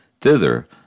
Thither